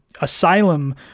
asylum